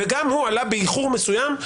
וגם הוא עלה באיחור מסוים.